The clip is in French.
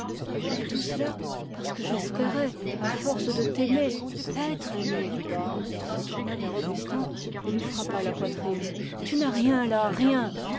et tout cela parce que j'espérais à force de t'aimer être aimée elle se tourna vers augustin et lui frappa la poitrine tu n'as rien là rien